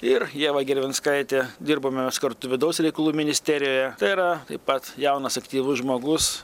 ir ieva gervinskaitė dirbome mes kartu vidaus reikalų ministerijoje tai yra taip pat jaunas aktyvus žmogus